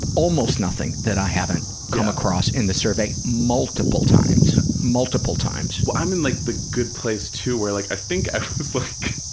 almost nothing that i haven't come across in the survey multiple times, multiple times. well, i'm in like the good place, too, where like i think i was